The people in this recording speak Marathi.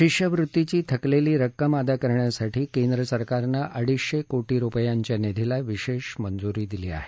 शिष्यवृत्तीची थकलेली रक्कम अदा करण्यासाठी केंद्र सरकारने अडीचशे कोटी रुपयांच्या निधीला विशेष मंजूरी दिली आहे